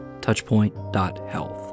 touchpoint.health